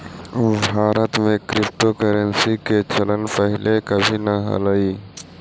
भारत में क्रिप्टोकरेंसी के चलन पहिले कभी न हलई